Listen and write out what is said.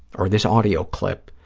or this audio clip,